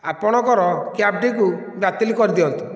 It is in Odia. ଆପଣଙ୍କର କ୍ୟାବ୍ଟିକୁ ବାତିଲ କରିଦିଅନ୍ତୁ